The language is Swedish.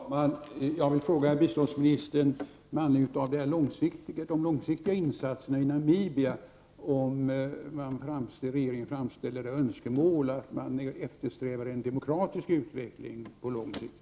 Herr talman! Jag vill med anledning av de långsiktiga insatserna i Namibia fråga biståndsministern om regeringen framställer önskemål om att man på lång sikt eftersträvar en demokratisk utveckling i landet.